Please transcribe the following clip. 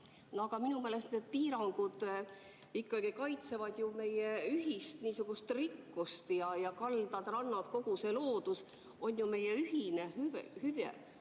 Aga minu meelest need piirangud ikkagi kaitsevad meie ühist rikkust. Kaldad-rannad, kogu see loodus on ju meie ühine hüve,